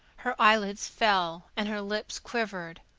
her eyelids fell and her lips quivered.